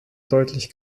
deutlich